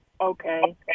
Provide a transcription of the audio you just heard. Okay